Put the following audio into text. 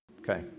Okay